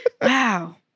Wow